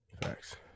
Thanks